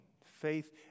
Faith